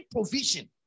provision